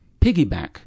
piggyback